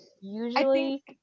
usually